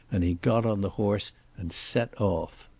and he got on the horse and set off.